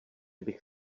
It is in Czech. bych